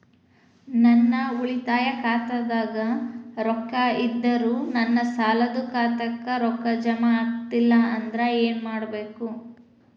ನನ್ನ ಉಳಿತಾಯ ಖಾತಾದಾಗ ರೊಕ್ಕ ಇದ್ದರೂ ನನ್ನ ಸಾಲದು ಖಾತೆಕ್ಕ ರೊಕ್ಕ ಜಮ ಆಗ್ಲಿಲ್ಲ ಅಂದ್ರ ಏನು ಮಾಡಬೇಕು?